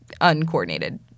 uncoordinated